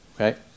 Okay